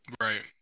Right